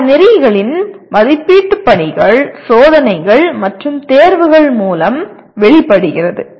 பாடநெறிகளின் மதிப்பீடு பணிகள் சோதனைகள் மற்றும் தேர்வுகள் மூலம் வெளிப்படுகிறது